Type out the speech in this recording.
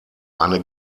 eine